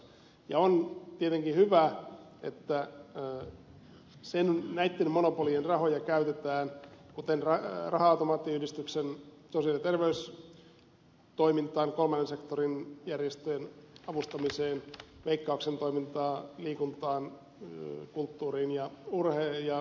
ja on tietenkin hyvä että näitten monopolien rahoja käytetään kuten raha automaattiyhdistyksen sosiaali ja terveystoimintaan kolmannen sektorin järjestöjen avustamiseen veikkauksen toimintaan liikuntaan kulttuuriin ja nuorisotyöhön